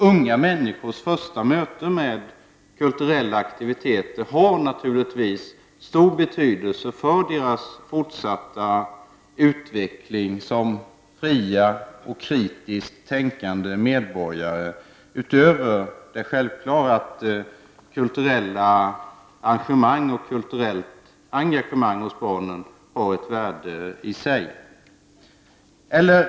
Unga människors första möte med kulturella aktiviteter har naturligtvis stor betydelse för deras fortsatta utveckling som fria och kritiskt tänkande medborgare, utöver det självklara att kulturella arrangemang och kulturellt engagemang hos barnen har ett värde i sig.